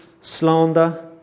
slander